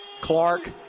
Clark